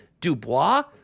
Dubois